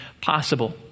possible